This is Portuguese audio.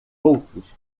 outros